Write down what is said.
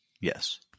Yes